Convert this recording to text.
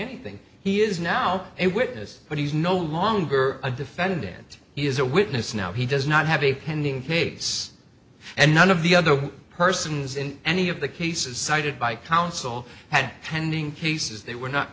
anything he is now a witness but he's no longer a defendant he is a witness now he does not have a pending case and none of the other persons in any of the cases cited by counsel had pending cases they were not